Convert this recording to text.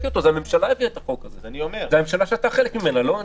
הממשלה הביאה את החוק, הממשלה שאתה חלק ממנה, לא?